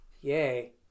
yay